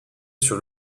sur